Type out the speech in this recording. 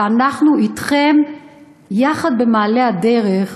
אנחנו אתכם יחד במעלה הדרך